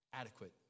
adequate